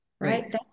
right